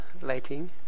lighting